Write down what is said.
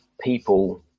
people